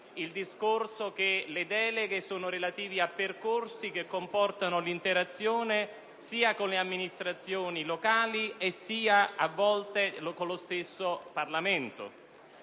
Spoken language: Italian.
riporta come le deleghe sono relative a percorsi che comportano l'interazione sia con le amministrazioni locali sia, a volte, con lo stesso Parlamento.